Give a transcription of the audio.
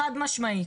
חד-משמעית.